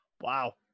wow